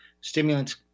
Stimulants